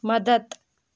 مدتھ